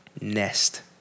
nest